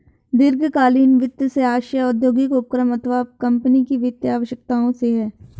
दीर्घकालीन वित्त से आशय औद्योगिक उपक्रम अथवा कम्पनी की वित्तीय आवश्यकताओं से है